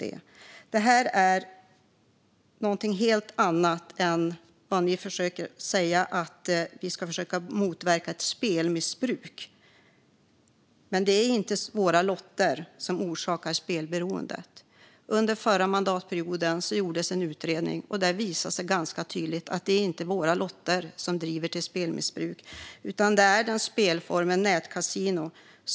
Men detta är något helt annat än vad ni försöker säga. Ni talar om att motverka ett spelmissbruk. Men det är inte våra lotter som orsakar spelberoende. Under förra mandatperioden gjordes en utredning, och där visades ganska tydligt att det inte är våra lotter som driver till spelmissbruk, utan det är spelformen nätkasino.